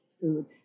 food